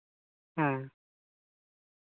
ᱦᱮᱸ